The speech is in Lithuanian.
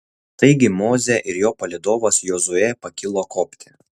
taigi mozė ir jo palydovas jozuė pakilo kopti